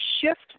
shift